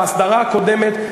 בהסדרה הקודמת,